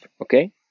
okay